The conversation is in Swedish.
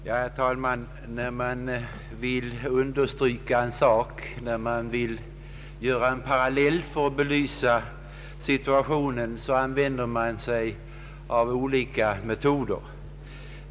Herr talman! När man vill understryka en sak, när man vill dra en parallell för att belysa situationen använder man olika metoder.